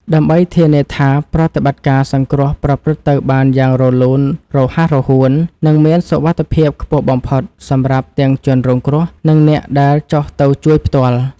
ដើម្បីធានាថាប្រតិបត្តិការសង្គ្រោះប្រព្រឹត្តទៅបានយ៉ាងរលូន រហ័សរហួន និងមានសុវត្ថិភាពខ្ពស់បំផុតសម្រាប់ទាំងជនរងគ្រោះ និងអ្នកដែលចុះទៅជួយផ្ទាល់។